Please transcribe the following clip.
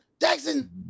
Jackson